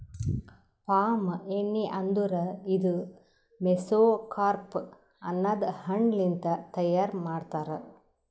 palm ಎಣ್ಣಿ ಅಂದುರ್ ಇದು ಮೆಸೊಕಾರ್ಪ್ ಅನದ್ ಹಣ್ಣ ಲಿಂತ್ ತೈಯಾರ್ ಮಾಡ್ತಾರ್